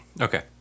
Okay